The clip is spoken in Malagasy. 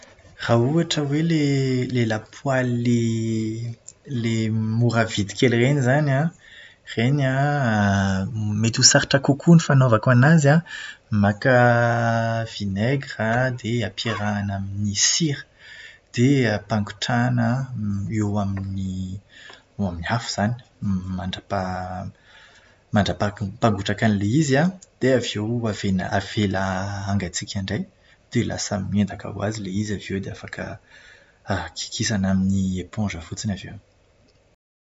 Raha ohatra hoe ilay lapoaly ilay ilay mora vidy kely ireny izany an, ireny an, mety ho sarotra kokoa ny fanaovako anazy an, maka vinaigra dia ampiarahana amin'ny sira. Dia ampangotrahana eo amin'ny eo amin'ny afo izany. Mandrapaha- mandrapangotrakan'ilay izy an. Dia avy eo ave-avela hangatsiaka indray, dia lasa miendaka ho azy ilay izy avy eo dia afaka kikisana amin'ny eponza fotsiny avy eo.